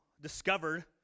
discovered